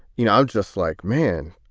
you know, i'm just like, man,